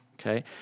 okay